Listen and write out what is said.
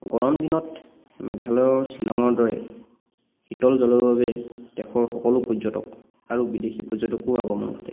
গৰম দিনত মেঘালয়ৰ শ্বিলঙৰ দৰে শীতল জলৰ বাবে দেশৰ সকলো পৰ্যটক আৰু বিদেশী পৰ্যটকৰো আগমন ঘটে